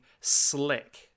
slick